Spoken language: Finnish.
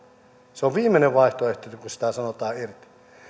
se on viimeinen vaihtoehto kun sitä sanotaan irti